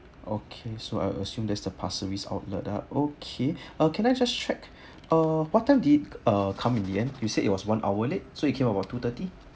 okay so I'll assume that's the Pasir Ris outlet ah okay uh can I just check uh what time did it uh come in the end you said it was one hour late so it came about two-thirty